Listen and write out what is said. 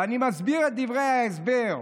ואני מסביר את דברי ההסבר: